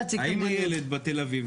האם לילד בתל אביב,